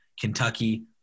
Kentucky